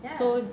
so